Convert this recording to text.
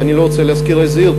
ואני לא רוצה להזכיר איזו עיר,